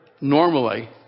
normally